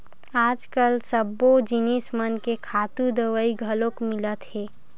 आजकाल सब्बो जिनिस मन के खातू दवई घलोक मिलत हे